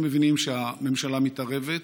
הם מבינים שהממשלה מתערבת,